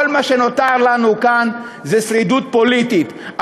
כל מה שנותר לנו כאן זה שרידות פוליטית.